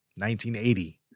1980